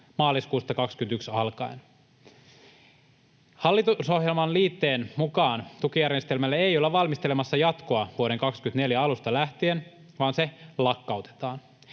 maaliskuusta 21 alkaen. Hallitusohjelman liitteen mukaan tukijärjestelmälle ei olla valmistelemassa jatkoa vuoden 24 alusta lähtien, vaan se lakkautetaan.